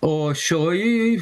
o šioj